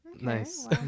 nice